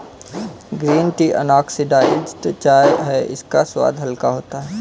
green tea unoxidised चाय है इसका स्वाद हल्का होता है